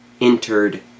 entered